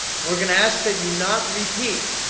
we're going to ask that you not repeat,